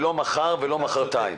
לא מחר ולא מחרתיים.